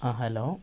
ആ ഹലോ